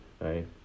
right